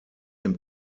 dem